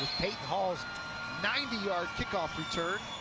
peyton hall's ninety yard kickoff return.